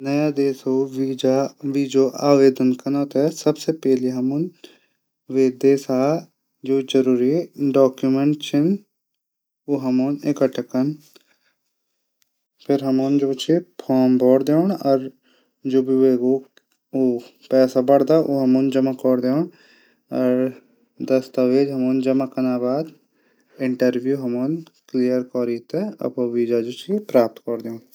नयो देशो वीजा आवेदन कनू को पैली वे देशा जरूरी आवेदन छन इकठ्ठा कन। फिर हमन फार्म भोरी दीण जू भी वेकू पैसा बणदा जमा कौरी दीण दस्तावेज जमा कनौ बाद इंटरव्यू क्लियर कॉरी ते वीजा प्राप्त कौरी दीण